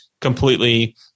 completely